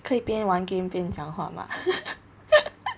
可以边玩 game 边讲话吗